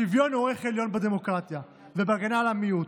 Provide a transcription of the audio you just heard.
השוויון הוא ערך עליון בדמוקרטיה ובהגנה על המיעוט.